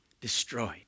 destroyed